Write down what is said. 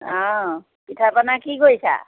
অঁ পিঠা পনা কি কৰিছা